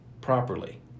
properly